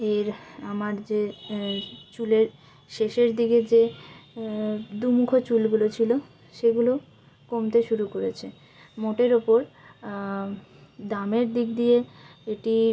এর আমার যে চুলের শেষের দিকে যে দু মুখো চুলগুলো ছিলো সেগুলো কমতে শুরু করেছে মোটের ওপর দামের দিক দিয়ে এটি